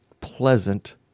pleasant